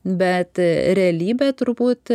bet realybė turbūt